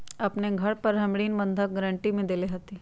अपन घर हम ऋण बंधक गरान्टी में देले हती